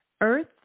Earth